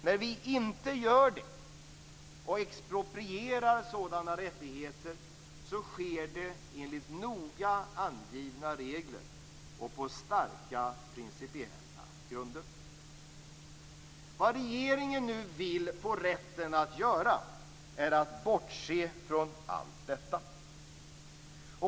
När vi inte gör det, och exproprierar sådana rättigheter, sker det enligt noga angivna regler och på starka principiella grunder. Vad regeringen nu vill få rätten att göra är att bortse från allt detta.